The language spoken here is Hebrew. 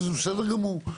וזה בסדר גמור.